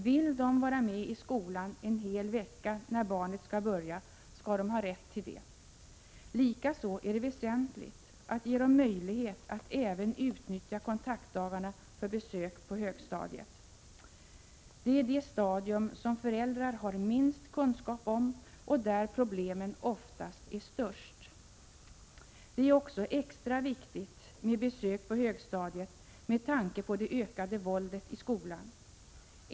Vill de vara med i skolan en hel vecka när barnet skall börja skall de ha rätt till det. Likaså är det väsentligt att ge dem möjlighet att även utnyttja kontaktdagarna för besök på högstadiet. Det är det stadium som föräldrar har minst kunskap om och där problemen oftast är störst. Det är också extra viktigt med besök på högstadiet med tanke på det ökade våldet i skolan.